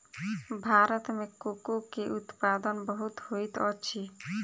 भारत में कोको के उत्पादन बहुत होइत अछि